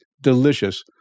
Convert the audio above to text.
Delicious